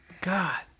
God